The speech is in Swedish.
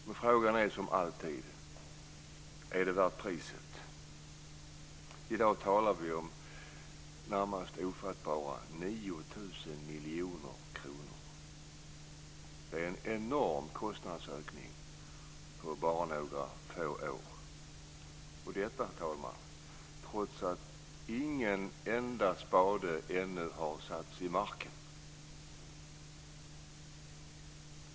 Men frågan är som alltid: Är det värt priset? I dag talar vi om närmast ofattbara 9 000 miljoner kronor. Det är en enorm kostnadsökning på bara några få år. Och detta, herr talman, trots att ingen enda spade ännu har satts i marken.